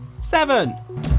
Seven